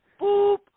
boop